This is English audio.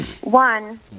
One